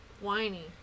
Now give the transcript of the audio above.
whiny